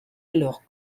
leur